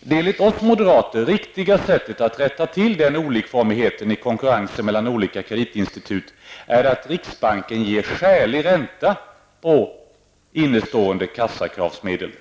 Det enligt oss moderater riktiga sättet att rätta till den olikformigheten i konkurrensen mellan de olika kreditinstituten är att riksbanken ger skälig ränta på innestående kassakravsmedel.